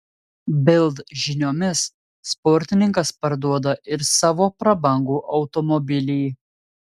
bild žiniomis sportininkas parduoda ir savo prabangų automobilį